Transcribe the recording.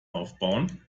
aufbauen